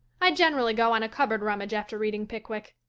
i generally go on a cupboard rummage after reading pickwick.